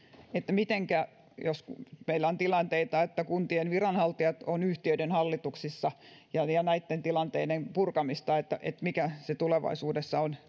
mitenkä jos meillä on tilanteita että kuntien viranhaltijat ovat yhtiöiden hallituksissa ja näitten tilanteiden purkamista tullaan katsomaan läpi että miten se tulevaisuudessa on